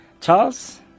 Charles